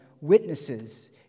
witnesses